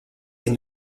est